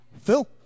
Phil